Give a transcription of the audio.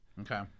Okay